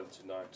tonight